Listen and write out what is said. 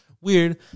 Weird